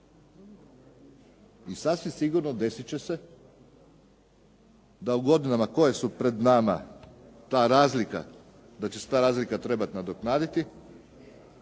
I sasvim sigurno desit će se da u godinama koje su pred nama ta razlika, da će se ta razlika trebati nadoknaditi,